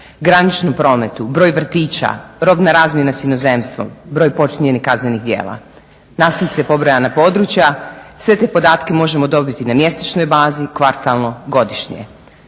graničnom prometu, broj vrtića, robna razmjena s inozemstvom, broj počinjenih kaznenih djela nasumce pobrojana područja sve te podatke možemo dobiti na mjesečnoj bazi, kvartalno, godišnje.